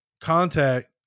contact